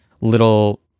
little